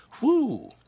Woo